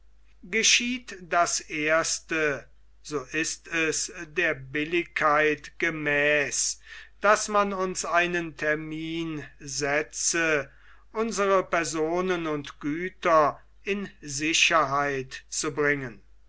geschieht das erste so ist es der billigkeit gemäß daß man uns einen termin setze unsere personen und güter in sicherheit zu bringen